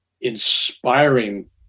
inspiring